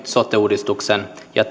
sote uudistuksen ja